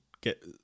get